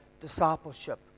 discipleship